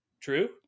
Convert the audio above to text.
True